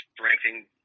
ranking